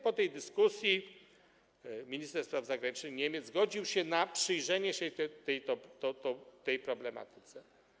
Po tej dyskusji minister spraw zagranicznych Niemiec zgodził się na przyjrzenie się tej problematyce.